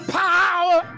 power